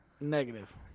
negative